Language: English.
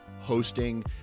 hosting